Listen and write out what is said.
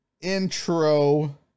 intro